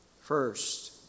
first